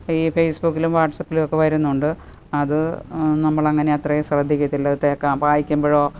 ഈ ഫേസ്ബുക്കിലും വാട്സപ്പിലുമൊക്കെ വരുന്നുണ്ട് അത് നമ്മളങ്ങനെ അത്രയും ശ്രദ്ധിക്കത്തില്ല വായിക്കുമ്പോഴോ